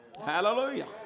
Hallelujah